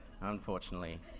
unfortunately